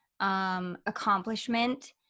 Accomplishment